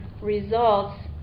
results